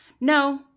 no